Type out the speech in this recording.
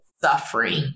suffering